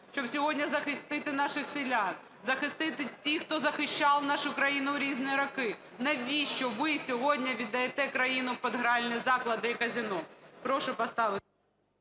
щоб сьогодні захистити наших селян, захистити тих, хто захищав нашу країну в різні роки. Навіщо ви сьогодні віддаєте країну під гральні заклади і казино.